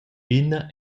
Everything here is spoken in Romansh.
ina